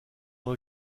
dans